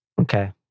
Okay